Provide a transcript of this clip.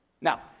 Now